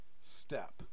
step